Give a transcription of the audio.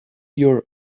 your